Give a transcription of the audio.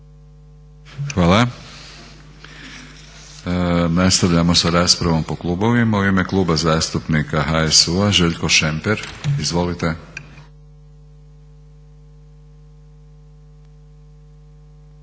Hvala. Nastavljamo sa raspravom po klubovima. U ime Kluba zastupnika HSU-a Željko Šemper. Izvolite.